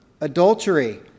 adultery